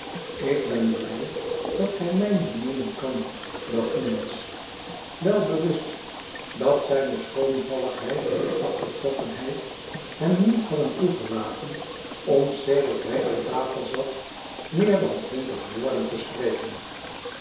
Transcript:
ik ben blij dat hij mij niet meenen kan dacht minns wel bewust dat zijne schroomvalligheid en afgetrokkenheid hem niet hadden toegelaten otn sedert hij aan tafel zat meer dan twintigwoorden te spreken